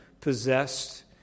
possessed